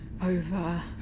Over